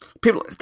People